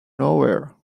nowhere